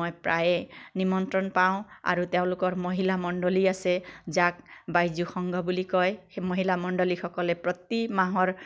মই প্ৰায়ে নিমন্ত্ৰণ পাওঁ আৰু তেওঁলোকৰ মহিলা মণ্ডলী আছে যাক বাইজুক সংঘ বুলি কয় সেই মহিলা মণ্ডলীসকলে প্ৰতি মাহৰ